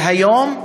היום,